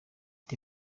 the